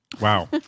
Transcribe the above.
Wow